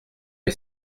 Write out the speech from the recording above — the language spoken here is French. est